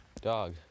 Dog